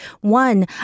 One